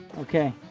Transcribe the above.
okay,